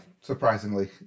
Surprisingly